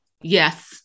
yes